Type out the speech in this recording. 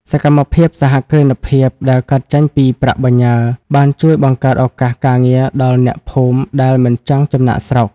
សកម្មភាពសហគ្រិនភាពដែលកើតចេញពីប្រាក់បញ្ញើ បានជួយបង្កើតឱកាសការងារដល់អ្នកភូមិដែលមិនចង់ចំណាកស្រុក។